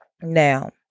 Now